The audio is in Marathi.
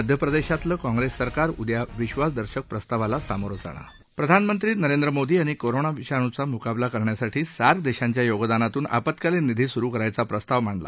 मध्यप्रदशातलं काँग्रस्तिसरकार उद्या विश्वासदर्शक प्रस्तावाला सामोरं जाणार प्रधानमंत्री नरेंद्र मोदी यांनी कोरोना विषाणुचा मुकाबला करण्यासाठी सार्क दश्चिव्या योगदानातून आपत्कालीन निधी सुरू करण्याचा प्रस्ताव मांडला